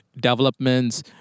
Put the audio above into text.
developments